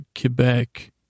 Quebec